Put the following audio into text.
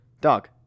dog